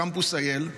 קמפוס IL,